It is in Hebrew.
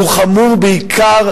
הוא חמור בעיקר,